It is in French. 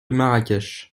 marrakech